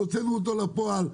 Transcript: והוצאנו אותו אל הפועל,